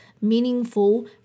meaningful